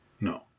No